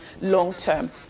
long-term